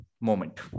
moment